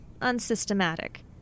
unsystematic